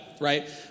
right